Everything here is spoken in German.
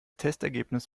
testergebnis